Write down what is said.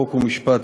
חוק ומשפט,